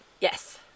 Yes